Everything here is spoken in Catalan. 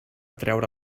treure